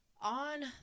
on